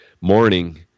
morning